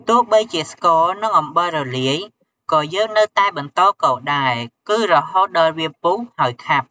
ទោះបីជាស្ករ និងអំបិលរលាយ ក៏យើងនៅតែបន្តកូរដែរ គឺរហូតដល់វាពុះ ហើយខាប់។